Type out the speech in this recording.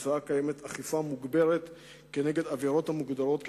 ועקב כך יש אכיפה מוגברת כשמדובר בעבירות המוגדרות כאלה: